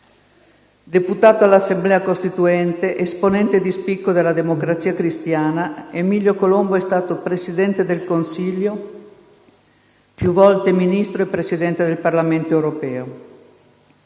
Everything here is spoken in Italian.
Deputato all'Assemblea Costituente, esponente di spicco della Democrazia Cristiana, Emilio Colombo è stato Presidente del Consiglio, più volte Ministro e Presidente del Parlamento europeo.